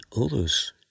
others